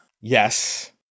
Yes